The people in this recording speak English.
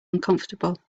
uncomfortable